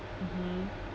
mmhmm